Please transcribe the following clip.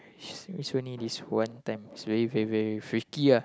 is only this one time is very very very freaky ah